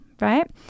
right